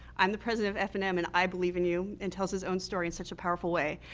i'm the president of f and m, and i believe in you, and tells his own story in such a powerful way.